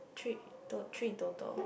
three to~ three total